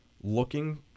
looking